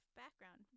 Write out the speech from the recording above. background